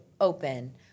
open